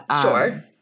Sure